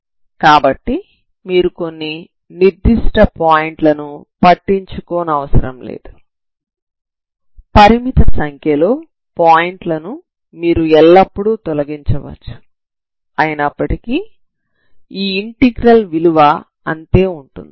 కాబట్టి మీరు కొన్ని నిర్దిష్ట పాయింట్లను పట్టించుకోనవసరం లేదు పరిమిత సంఖ్యలో పాయింట్లను మీరు ఎల్లప్పుడూ తొలగించవచ్చు అయినప్పటికీ ఈ ఇంటిగ్రల్ విలువ అంతే ఉంటుంది